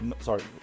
Sorry